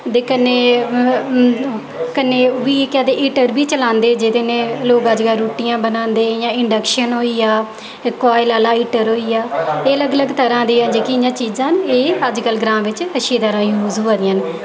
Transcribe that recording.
ते कन्नै कन्नै ओह् बी केह् आखदे हीटर बी चलांदे जेह्दे नै लोग अज्ज कल रुट्टियां बनांदे जियां इंडक्शन होई गेआ कायल आह्ला हीटर होई गेआ एह् अलग अलग तरह् दे जेह्की चीजां न एह् ग्रांऽ बिच्च अच्छी तरह् यूज़ होई दियां न